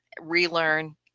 relearn